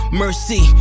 mercy